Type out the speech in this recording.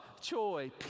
joy